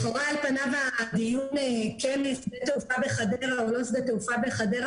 לכאורה על פניו הדיון על כן שדה תעופה בחדרה או לא שדה תעופה בחדרה,